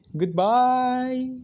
goodbye